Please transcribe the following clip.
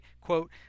quote